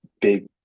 big